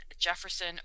Jefferson